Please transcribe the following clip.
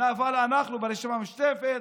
אבל אנחנו, הרשימה המשותפת,